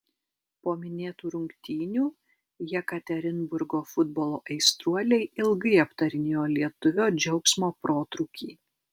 po minėtų rungtynių jekaterinburgo futbolo aistruoliai ilgai aptarinėjo lietuvio džiaugsmo protrūkį